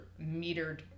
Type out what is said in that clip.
metered